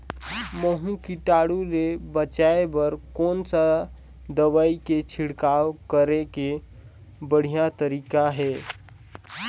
महू कीटाणु ले बचाय बर कोन सा दवाई के छिड़काव करे के बढ़िया तरीका हे?